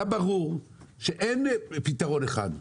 היה ברור שאין פתרון אחד.